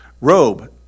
Robe